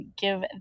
give